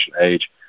age